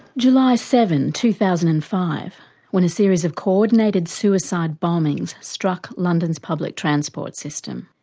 july seven two thousand and five when a series of co-ordinated suicide bombings struck london's public transport system.